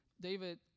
David